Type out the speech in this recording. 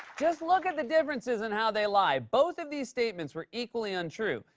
just look at the differences in how they lie. both of these statements were equally untrue,